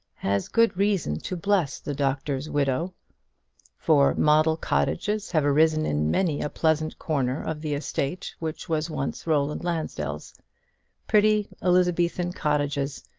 has good reason to bless the doctor's widow for model cottages have arisen in many a pleasant corner of the estate which was once roland lansdell's pretty elizabethan cottages,